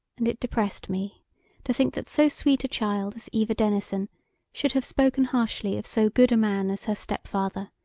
and it depressed me to think that so sweet a child as eva denison should have spoken harshly of so good a man as her step-father,